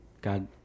God